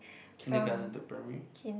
kindergarten to primary